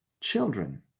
children